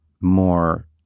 more